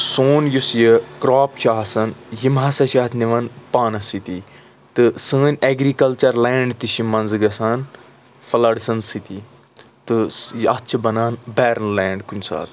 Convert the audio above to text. سون یُس یہِ کرٛاپ چھُ آسان یم ہَسا چھِ اَتھ نِوان پانس سۭتی تہٕ سٲنۍ ایٚگریکَلچَر لینٛڈ تہِ چھِ مَنٛزٕ گَژھان فُلڈس سۭتی تہٕ اتھ چھ بنان بیرن لینٛڈ کُنہ ساتہٕ